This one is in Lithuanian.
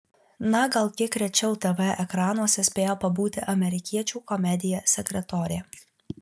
na gal kiek rečiau tv ekranuose spėjo pabūti amerikiečių komedija sekretorė